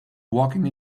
walking